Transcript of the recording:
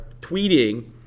tweeting